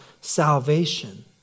salvation